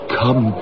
come